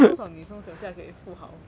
多少女生想嫁给富豪